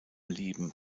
lieben